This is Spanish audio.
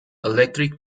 electric